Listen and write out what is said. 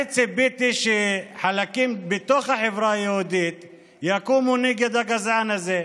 אני ציפיתי שחלקים מתוך החברה היהודית יקומו נגד הגזען הזה,